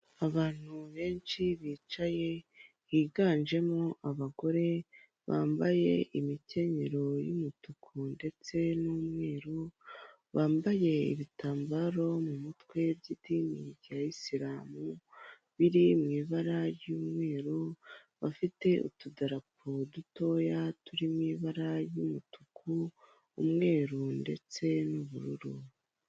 Abantu benshi bicaye, biganjemo abagore, bambaye imikenyero y'umutuku ndetse n'umweru, bambaye ibitambaro mu mutwe by'idini rya Isilamu, biri mu ibara ry'umweru, bafite utudarapo dutoya turi mu ibara ry'umutuku, umweru ndetse n'ubururu.